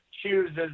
chooses